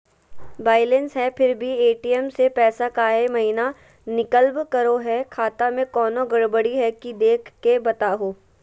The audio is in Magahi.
बायलेंस है फिर भी भी ए.टी.एम से पैसा काहे महिना निकलब करो है, खाता में कोनो गड़बड़ी है की देख के बताहों?